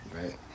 Right